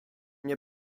nie